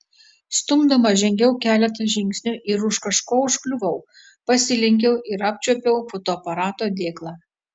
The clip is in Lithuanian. stumdoma žengiau keletą žingsnių ir už kažko užkliuvau pasilenkiau ir apčiuopiau fotoaparato dėklą